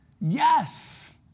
Yes